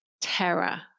terror